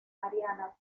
mariana